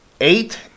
eight